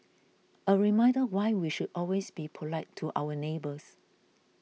a reminder why we should always be polite to our neighbours